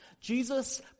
Jesus